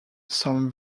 some